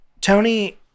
Tony